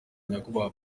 nyakubahwa